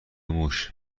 موش